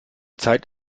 zeit